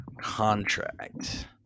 contract